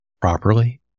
properly